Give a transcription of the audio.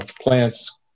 plants